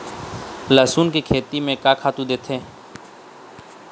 लेसुन के खेती म का खातू देथे?